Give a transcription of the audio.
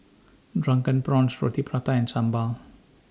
Drunken Prawns Roti Prata and Sambal